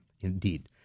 Indeed